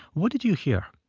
what did you hear?